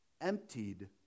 emptied